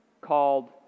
called